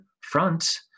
front